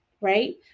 right